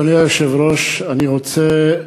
אדוני היושב-ראש, אני רוצה,